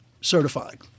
certified